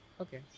Okay